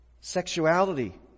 Sexuality